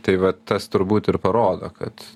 tai va tas turbūt ir parodo kad